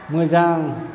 मोजां